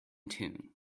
tune